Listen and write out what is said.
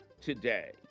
today